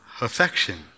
affection